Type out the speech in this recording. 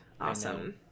awesome